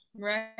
right